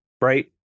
right